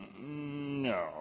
No